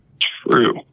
True